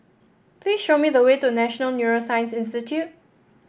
please show me the way to National Neuroscience Institute